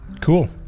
Cool